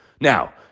Now